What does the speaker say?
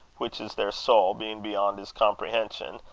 which is their soul, being beyond his comprehension,